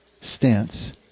stance